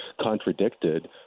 contradicted